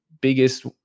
Biggest